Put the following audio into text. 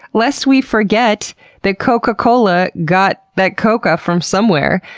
lest we forget that coca-cola got that coca from somewhere.